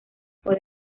fue